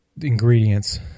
ingredients